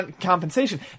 compensation